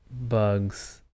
bugs